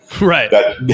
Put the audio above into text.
Right